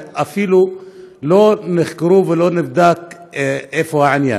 ואפילו לא נחקרו ולא נבדק איפה העניין.